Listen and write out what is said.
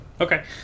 Okay